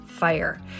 fire